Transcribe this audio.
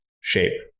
shape